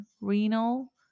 renal